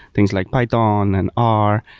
things like python, and r,